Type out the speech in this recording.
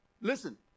Listen